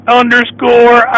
underscore